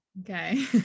okay